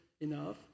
enough